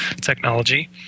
technology